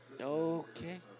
Okay